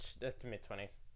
mid-twenties